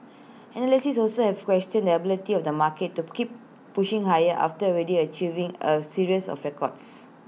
analysts also have questioned the ability of the market to keep pushing higher after already achieving A series of records